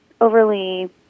overly